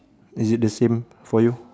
is it the same for you